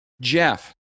Jeff